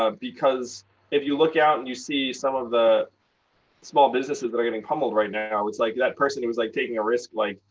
because if you look out and you see some of the small businesses that are getting pummeled right now, it's like, that person who was, like, taking a risk, like,